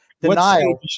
Denial